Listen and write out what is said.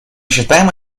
считаем